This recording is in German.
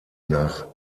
nach